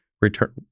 return